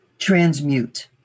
transmute